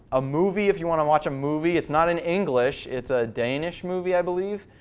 a movie, if you want to watch a movie. it's not in english, it's a danish movie i believe.